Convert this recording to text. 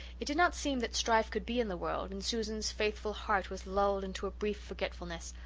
it did not seem that strife could be in the world, and susan's faithful heart was lulled into a brief forgetfulness,